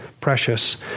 precious